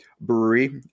Brewery